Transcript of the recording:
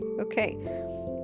okay